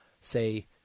say